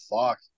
fuck